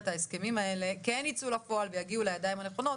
ההסכמים האלה כן ייצאו לפועל ויגיעו לידיים הנכונות,